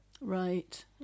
Right